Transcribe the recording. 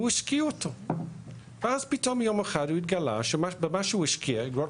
הוא השקיע אותו ואז פתאום יום אחד התגלה שבמה שהוא השקיע ,אגרות